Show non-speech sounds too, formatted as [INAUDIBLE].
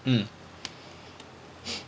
um [BREATH]